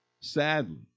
Sadly